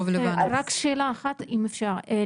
רק שאלה אחת אם אפשר,